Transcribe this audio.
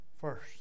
first